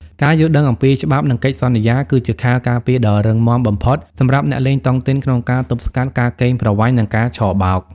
ការយល់ដឹងអំពីច្បាប់ និងកិច្ចសន្យា គឺជាខែលការពារដ៏រឹងមាំបំផុតសម្រាប់អ្នកលេងតុងទីន ក្នុងការទប់ស្កាត់ការកេងប្រវ័ញ្ច និងការឆបោក។